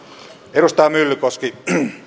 edustaja myllykoski